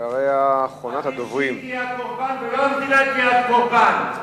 אחרונת הדוברים, עדיף שהיא תהיה הקורבן,